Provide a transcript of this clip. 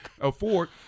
afford